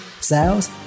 sales